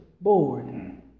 board